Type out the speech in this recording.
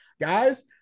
guys